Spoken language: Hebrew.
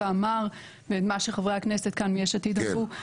אמר ואת מה שחברי הכנסת כאן מיש עתיד אמרו.